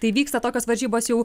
tai vyksta tokios varžybos jau